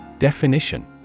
Definition